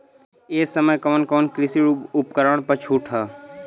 ए समय कवन कवन कृषि उपकरण पर छूट ह?